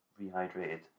rehydrated